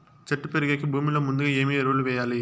చెట్టు పెరిగేకి భూమిలో ముందుగా ఏమి ఎరువులు వేయాలి?